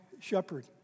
shepherd